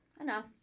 enough